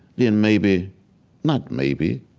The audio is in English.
then maybe not maybe,